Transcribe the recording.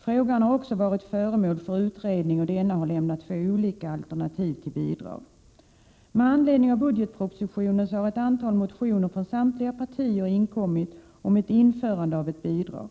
Frågan har också varit föremål för utredning och denna har lämnat två olika alternativ till bidrag. Med anledning av budgetpropositionen har ett antal motioner från samtliga partier inkommit om ett införande av ett bidrag.